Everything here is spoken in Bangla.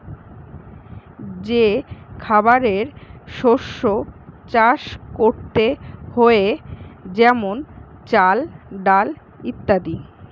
যে খাবারের শস্য চাষ করতে হয়ে যেমন চাল, ডাল ইত্যাদি